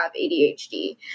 ADHD